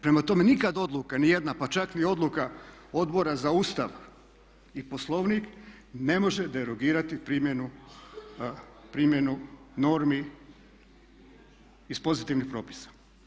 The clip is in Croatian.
Prema tome, nikad odluka niti jedna, pa čak ni odluka Odbora za Ustav i Poslovnik ne može derogirati primjenu normi iz pozitivnih propisa.